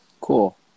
cool